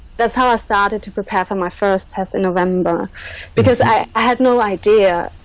that's how i started to prepare for my first test in november because i had no idea